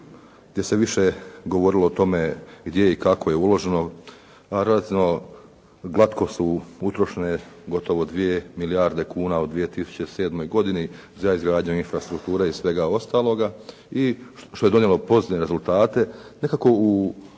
gdje se više govorilo o tome gdje i kako je uloženo relativno glatko su utrošene gotovo dvije milijarde kuna u 2007. godini za izgradnju infrastrukture i svega ostaloga i što je donijelo pozitivne rezultate. Nekako u